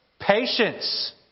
Patience